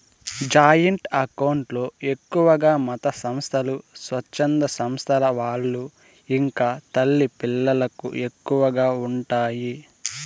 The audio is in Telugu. జాయింట్ అకౌంట్ లో ఎక్కువగా మతసంస్థలు, స్వచ్ఛంద సంస్థల వాళ్ళు ఇంకా తల్లి పిల్లలకు ఎక్కువగా ఉంటాయి